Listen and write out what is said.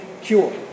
cure